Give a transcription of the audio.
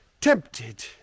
tempted